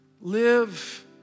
Live